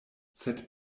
sed